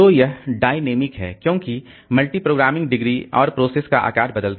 तो यह डायनेमिक है क्योंकि मल्टीप्रोग्रामिंग डिग्री और प्रोसेस का आकार बदलता है